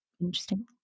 interesting